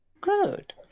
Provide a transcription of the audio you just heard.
Good